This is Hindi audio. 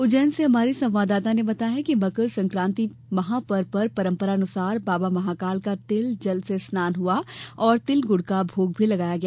उज्जैन से हमारे संवाददाता ने बताया है कि मकर संक्रांति महापर्व पर परंपरा अनुसार बाबा महाकाल का तिल जल से स्नान हुआ और तिल गूड का भोग भी लगाया गया